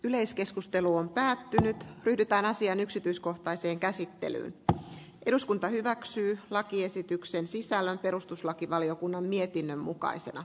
yleiskeskustelu on päätynyt ryhdytään asian yksityiskohtaiseen käsittelyyn eduskunta hyväksyy lakiesityksen sisällön perustuslakivaliokunnan mietinnön mukaisina